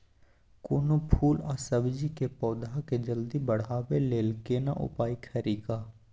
कोनो फूल आ सब्जी के पौधा के जल्दी बढ़ाबै लेल केना उपाय खरी?